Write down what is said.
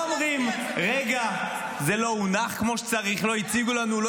אבל אתה חבר בוועדה,